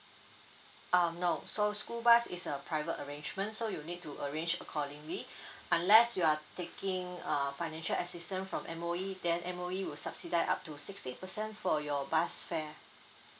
uh no so school bus is a private arrangement so you need to arrange accordingly unless you are taking uh financial assistance from M_O_E then M_O_E will subsidise up to sixty percent for your bus fare